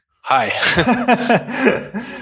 Hi